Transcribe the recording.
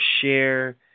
share